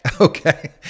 okay